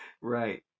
right